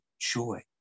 joy